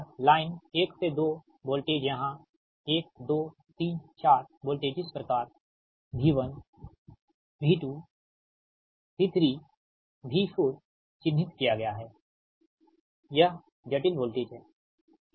और यह लाइन 1 से 2 वोल्टेज यहाँ 1 2 3 4 वोल्टेज इस प्रकार V1V2V3V4 चिन्हित किया गया हैं यह जटिल वोल्टेज है ठीक हैं